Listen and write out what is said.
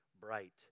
bright